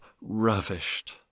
ravished